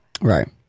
Right